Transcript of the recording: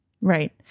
Right